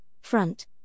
front